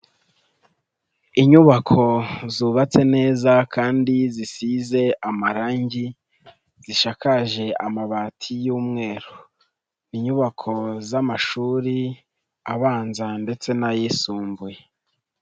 Inyubako zubatse neza kandi zisize amarangi zishakaje amabati y'umweru, ni inyubako z'amashuri abanza ndetse n'ayisumbuye.